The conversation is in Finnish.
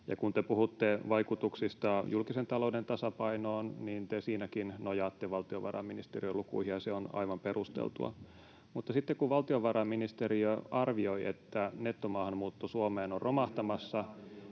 Kun te puhutte vaikutuksista julkisen talouden tasapainoon, niin te siinäkin nojaatte valtiovarainministeriön lukuihin, ja se on aivan perusteltua. Mutta sitten kun valtiovarainministeriö arvioi, että nettomaahanmuutto Suomeen on romahtamassa,